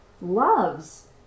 loves